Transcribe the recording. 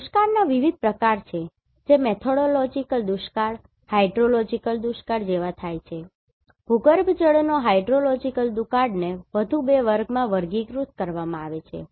દુષ્કાળના વિવિધ પ્રકારો છે જે મેથોડોલોજિકલ દુષ્કાળ હાઇડ્રોલોજિકલ દુષ્કાળ જેવા થાય છે ભૂગર્ભજળનો હાઇડ્રોલોજીકલ દુકાળને વધુ બે વર્ગોમાં વર્ગીકૃત કરવામાં આવી છે